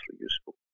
useful